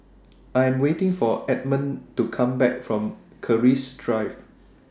I Am waiting For Edmon to Come Back from Keris Drive